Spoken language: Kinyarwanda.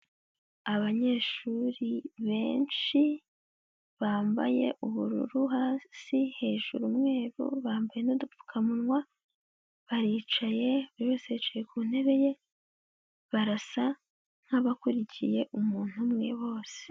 Abanyeshuri benshi bambaye ubururu hasi hejuru umweru bambaye n'udupfukamunwa, baricaye buri wese yicaye ku ntebe ye, barasa nk'abakurikiye umuntu umwe bose.